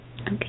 Okay